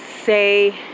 say